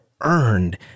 earned